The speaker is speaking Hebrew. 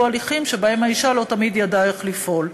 הליכים שבהם האישה לא תמיד ידעה איך לפעול.